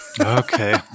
Okay